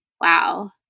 Wow